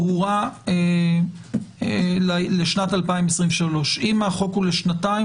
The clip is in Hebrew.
ברורה לשנת 2023. אם החוק הוא לשנתיים,